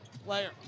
Player